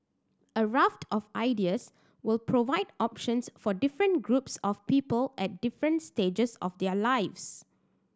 a raft of ideas will provide options for different groups of people at different stages of their lives